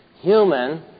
human